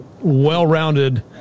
well-rounded